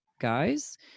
guys